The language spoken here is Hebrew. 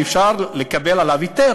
שאפשר לקבל עליו היתר.